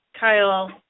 Kyle